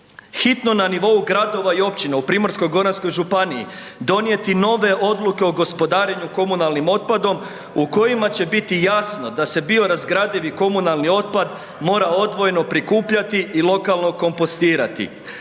hitno na nivou svih gradova i općina u PGŽ-u donesu odluke o gospodarenju komunalnim otpadom u kojima će biti jasno da se biorazgradivi komunalni otpad mora odvojeno prikupljati i lokalno kompostirati.